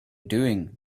doing